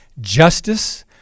justice